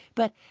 but,